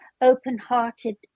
open-hearted